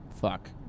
Fuck